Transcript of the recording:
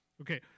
Okay